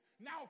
Now